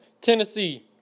Tennessee